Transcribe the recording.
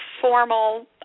formal